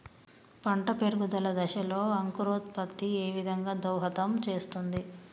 పంట పెరుగుదల దశలో అంకురోత్ఫత్తి ఏ విధంగా దోహదం చేస్తుంది?